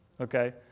okay